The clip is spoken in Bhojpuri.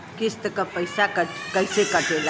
किस्त के पैसा कैसे कटेला?